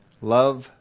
Love